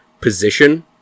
position